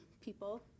people